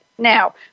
Now